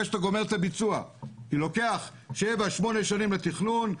שאתה גומר את הביצוע כי לוקח שבע-שמונה שנים לתכנון,